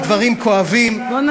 על דברים כואבים, בוא נעבור להצבעה.